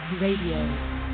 Radio